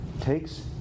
takes